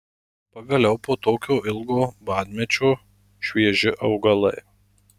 pagaliau po tokio ilgo badmečio švieži augalai